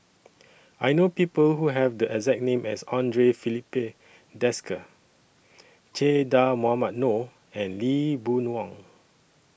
I know People Who Have The exact name as Andre Filipe Desker Che Dah Mohamed Noor and Lee Boon Wang